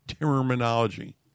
terminology